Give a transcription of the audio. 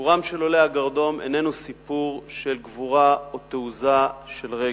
סיפורם של עולי הגרדום אינו סיפור גבורה או תעוזה של רגע.